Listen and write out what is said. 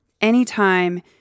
anytime